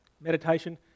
Meditation